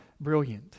brilliant